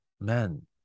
man